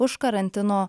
už karantino